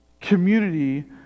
community